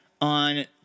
on